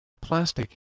plastic